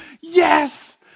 yes